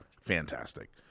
Fantastic